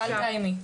אז אל תאיימי.